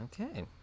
Okay